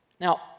Now